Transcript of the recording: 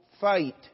fight